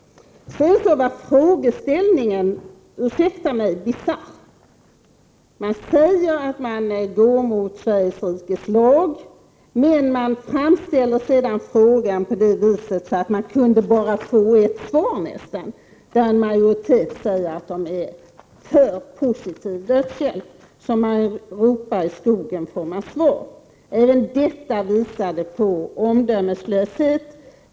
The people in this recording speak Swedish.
Sedan var frågeställningen, ursäkta mig, bisarr. Man säger att man går mot Sveriges rikes lag, men man framställer sedan frågor på det viset att de nästan bara kan besvaras på ett sätt, dvs. att en majoritet av de tillfrågade säger att de är för positiv dödshjälp. Som man ropar i skogen får man svar. Även detta visade på omdömeslöshet.